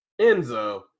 Enzo